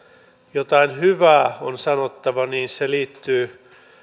jotain hyvää on sanottava niin se liittyy